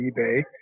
eBay